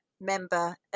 member